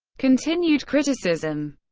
continued criticism